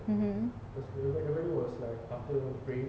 mmhmm